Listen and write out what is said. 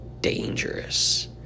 dangerous